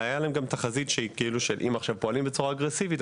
הייתה להם גם תחזית שאם הם פועלים בצורה אגרסיבית,